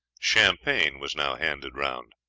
champagne was now handed round.